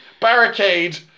barricade